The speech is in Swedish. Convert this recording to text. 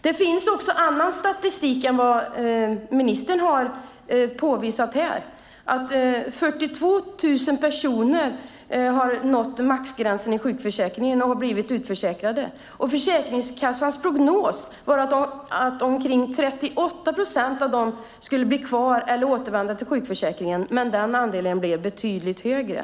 Det finns annan statistik än den som ministern har visat, nämligen att 42 000 personer har nått maxgränsen i sjukförsäkringen och blivit utförsäkrade. Försäkringskassans prognos var att omkring 38 procent av dem skulle bli kvar eller återvända till sjukförsäkringen, men den andelen blev betydligt större.